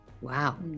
Wow